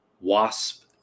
Wasp